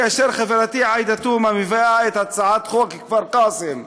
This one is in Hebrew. כאשר חברתי עאידה תומא מביאה את הצעת החוק על קורבנות הטבח בכפר-קאסם,